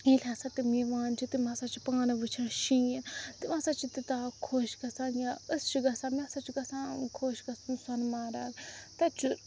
ییٚلہِ ہَسا تِم یِوان چھِ تِم ہَسا چھِ پانہٕ وُچھان شیٖن تِم ہَسا چھِ تیٛوٗتاہ خۄش گَژھان یا أسۍ چھِ گَژھان مےٚ ہَسا چھُ گژھان خۄش گَژھُن سۄنہٕ مَرگ تَتہِ چھُ